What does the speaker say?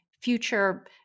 future